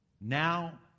now